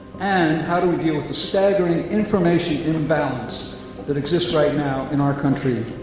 and, how do we deal with the staggering information imbalance that exists right now, in our country,